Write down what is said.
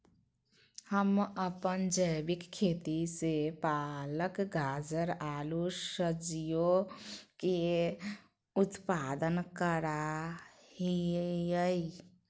हम अपन जैविक खेती से पालक, गाजर, आलू सजियों के उत्पादन करा हियई